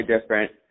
different